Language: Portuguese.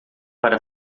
para